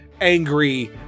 angry